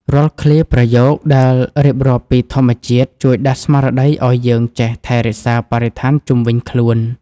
រាល់ឃ្លាប្រយោគដែលរៀបរាប់ពីធម្មជាតិ ជួយដាស់ស្មារតីឱ្យយើងចេះថែរក្សាបរិស្ថានជុំវិញខ្លួន។